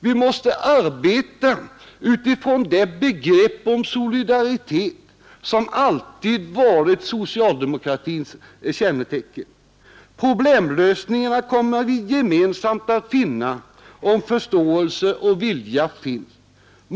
Vi måste arbeta utifrån det begrepp om solidaritet som alltid varit socialdemokratins kännetecken. Problemlösningarna kommer vi gemensamt att finna, om förståelse och vilja finns.